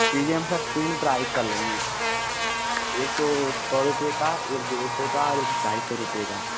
पिज़्ज़े में सर तीन प्राइस चल रही हैं एक तो सौ रुपये का एक डेढ़ सौ का और एक ढाई सौ रुपये का